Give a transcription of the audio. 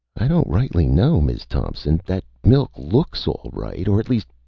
i don't rightly know, miz thompson. that milk looks all right, or at least,